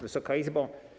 Wysoka Izbo!